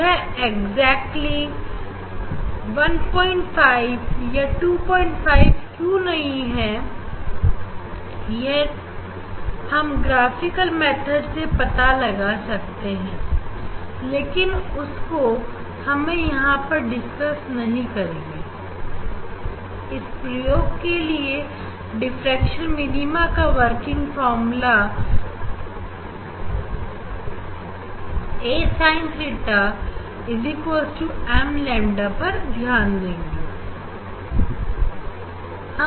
यह बिल्कुल 15 या 25 क्यों नहीं है यह हम ग्राफिकल मेथड से पता लगा सकते हैं लेकिन उसको हम यहां पर नहीं डिस्कस करेंगे और इस प्रयोग के लिए डिफ्रेक्शन मिनीमा का working formula a sin theta equal to m lambda पर ध्यान देंगे